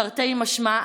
תרתי משמע.